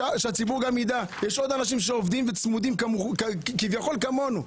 שהציבור גם ידע שיש עוד אנשים שעובדים וצמודים כביכול כמונו,